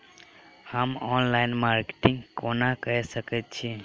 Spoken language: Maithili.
हम ऑनलाइन मार्केटिंग केना कऽ सकैत छी?